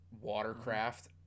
watercraft